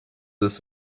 this